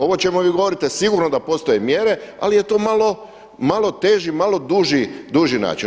Ovo o čemu vi govorite sigurno da postoje mjere ali je to malo teži, malo duži način.